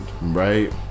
right